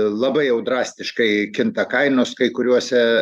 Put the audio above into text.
labai jau drastiškai kinta kainos kai kuriuose